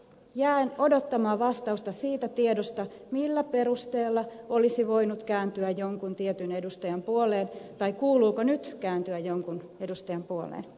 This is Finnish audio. jään odottamaan vastausta siitä tiedosta millä perusteella olisi voinut kääntyä jonkun tietyn edustajan puoleen tai kuuluuko nyt kääntyä jonkun edustajan puoleen